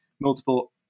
multiple